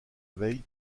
veille